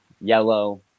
yellow